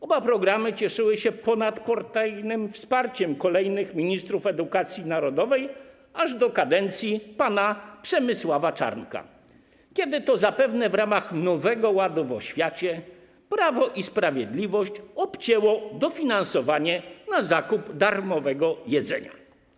Oba programy cieszyły się ponadpartyjnym wsparciem kolejnych ministrów edukacji narodowej aż do kadencji pana Przemysława Czarnka, kiedy to, zapewne w ramach Nowego Ładu w oświacie, Prawo i Sprawiedliwość obcięło dofinansowanie na zakup darmowego jedzenia.